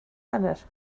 wener